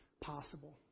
possible